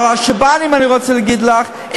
על השב"נים אני רוצה להגיד לך,